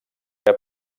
que